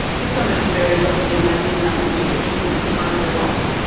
if somebody's very wealthy and they leave nothing to their children who aren't well off,